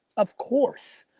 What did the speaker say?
of course.